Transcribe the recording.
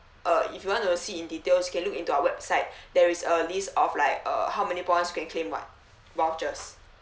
uh if you want to see in details can look into our website there is a list of like uh how many points can claim what vouchers